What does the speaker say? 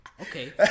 okay